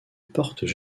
portent